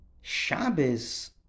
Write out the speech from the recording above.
Shabbos